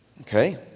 Okay